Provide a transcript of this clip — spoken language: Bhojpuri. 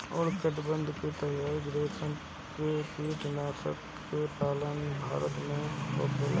उष्णकटिबंधीय तसर रेशम के कीट के पालन भारत में होखेला